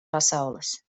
pasaules